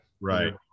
right